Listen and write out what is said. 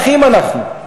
אחים אנחנו,